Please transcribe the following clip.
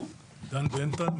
דן דנטל,